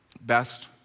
best